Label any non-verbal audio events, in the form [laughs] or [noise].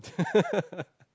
[laughs]